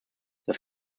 das